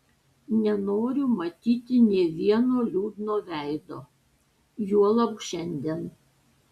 nenoriu matyti nė vieno liūdno veido juolab šiandien